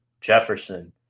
Jefferson